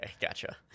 Gotcha